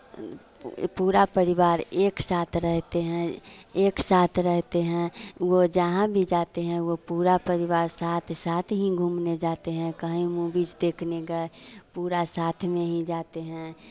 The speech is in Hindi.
एक पूरा परिवार एक साथ रहते हैं एक साथ रहते हैं वो जहाँ भी जाते हैं वो पूरा परिवार साथ साथ ही घूमने जाते हैं कहीं मूवीज़ देखने गए पूरा साथ में ही जाते हैं